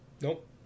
nope